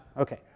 Okay